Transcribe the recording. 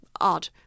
odd